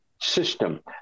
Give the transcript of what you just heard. system